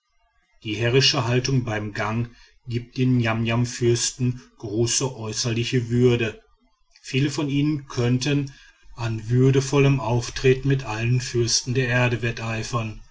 die herrische haltung beim gang gibt den niamniamfürsten große äußerliche würde viele von ihnen könnten an würdevollem auftreten mit allen fürsten der erde wetteifern